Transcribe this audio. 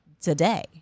today